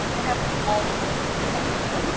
i have all of those things as tattoos on